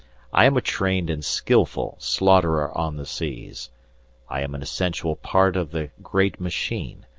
i am a trained and skilful slaughterer on the seas i am an essential part of the great machine.